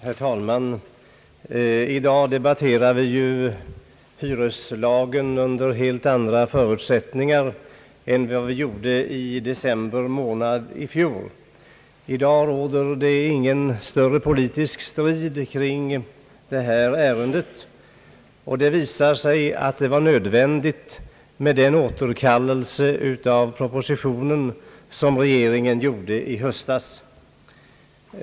Herr talman! I dag debatterar vi hyreslagen under helt andra förutsättningar än vad vi gjorde i december i fjol. Det råder nu ingen större politisk strid omkring detta ärende, och det visar sig att det var nödvändigt med den återkallelse av propositionen som regeringen gjorde i höstas.